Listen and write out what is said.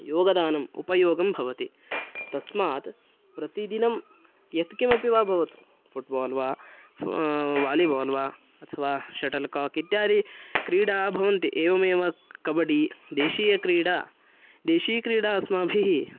योगदानम् उपयोगं भवति तस्मात् प्रतिदिनं यत्किमपि वा भवतु फ़ुट्बाल् वालिबाल् वा अथवा शटल् काक् इत्यादि क्रीडा भवन्ति एवमेव कबडी देशीयक्रीडा देशीक्रीडा अस्माभिः